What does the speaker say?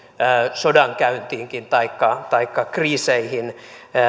sodankäyntiinkin taikka muuttuneisiin kriiseihin